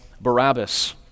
Barabbas